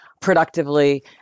productively